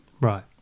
Right